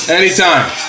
anytime